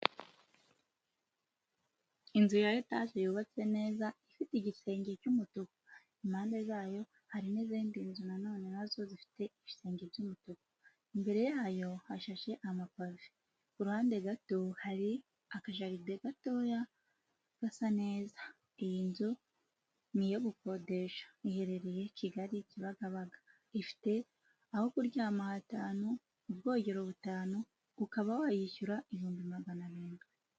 Inzu ya etaje yubatse neza ifite igisenge cy'umutuku, impande zayo hari n'izindi nzu na none na zo zifite ibisenge by'umutuku, imbere yayo hashashe amapave, ku ruhande gato hari akajaride gatoya gasa neza; Iyi nzu ni iyo gukodesha, iherereye Kigali Kibagabaga, Ifite aho kuryama hatanu, ubwogero butanu, ukaba wayishyura ibihumbi magana arindwi.